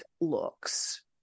looks